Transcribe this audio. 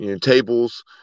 tables